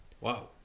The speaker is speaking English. wow